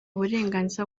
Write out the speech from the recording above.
uburenganzira